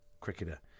Cricketer